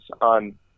on